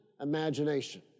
imagination